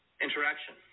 interaction